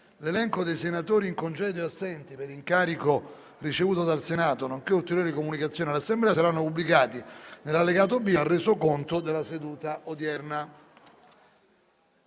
L'elenco dei senatori in congedo e assenti per incarico ricevuto dal Senato, nonché ulteriori comunicazioni all'Assemblea, saranno pubblicati nell'allegato B al Resoconto della seduta odierna.